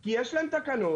כי יש להם תקנות,